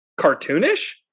cartoonish